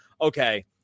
okay